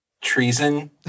treason